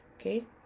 Okay